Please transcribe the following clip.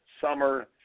summer